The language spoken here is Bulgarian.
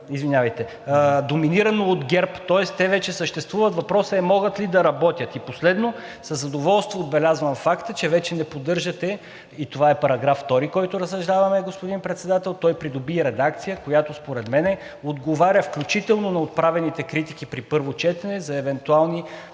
събрание, доминирано от ГЕРБ. Тоест те вече съществуват. Въпросът е: могат ли да работят? Последно, със задоволство отбелязвам факта, че вече не поддържате, това е § 2, който разсъждаваме, господин Председател, той придоби и редакция, която според мен отговаря включително на отправените критики при първо четене за евентуални